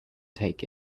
take